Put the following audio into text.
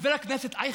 חבר הכנסת אייכלר,